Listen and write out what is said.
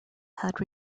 had